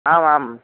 आम् आं